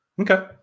Okay